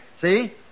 See